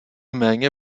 méně